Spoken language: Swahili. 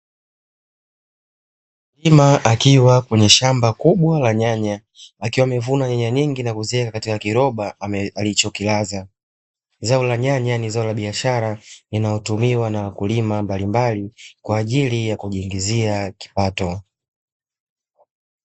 Mkulima akiwa kwenye shamba kubwa la nyanya akiwa amevuna nyanya nyingi na kuziweka katika kiroba alichokilaza. Zao la nyanya ni zao la biashara linalotumiwa na wakulima mbalimbali kwa ajili ya kujiingizia kipato.